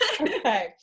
okay